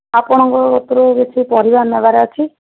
ଆପଣଙ୍କୁ ଏଥିରେ କିଛି ପରିବା ନେବାର ଅଛି